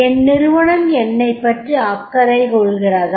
என் நிறுவனம் என்னைப் பற்றி அக்கறை கொள்கிறதா